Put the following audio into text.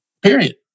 period